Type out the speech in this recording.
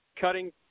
Cutting